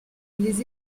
les